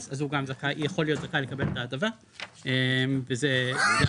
אז הוא גם יכול להיות זכאי לקבל את ההטבה וזה הבעלות.